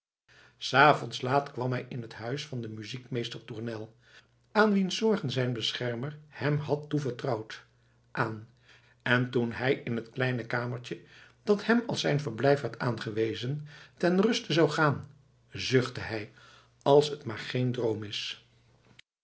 s avonds laat kwam hij in het huis van den muziekmeester tournel aan wiens zorgen zijn beschermer hem had toevertrouwd aan en toen hij in het kleine kamertje dat hem als verblijf werd aangewezen ter ruste zou gaan zuchtte hij als het maar geen droom is